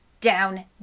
down